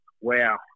wow